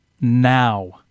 now